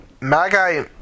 Magi